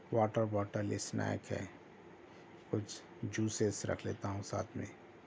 water bottle snack ہے کچھ juices رکھ لیتا ہوں ساتھ میں